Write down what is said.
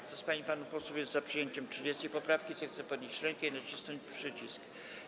Kto z pań i panów posłów za jest przyjęciem 30. poprawki, zechce podnieść rękę i nacisnąć przycisk.